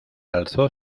alzó